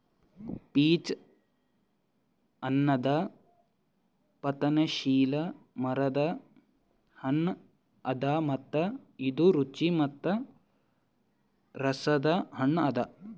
peach ಅನದ್ ಪತನಶೀಲ ಮರದ್ ಹಣ್ಣ ಅದಾ ಮತ್ತ ಇದು ರುಚಿ ಮತ್ತ ರಸದ್ ಹಣ್ಣ ಅದಾ